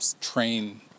train